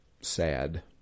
sad